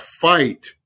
fight